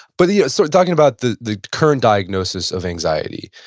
but yeah sort of talking about the the current diagnosis of anxiety,